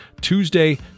Tuesday